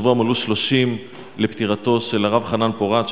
השבוע מלאו 30 לפטירתו של הרב חנן פורת,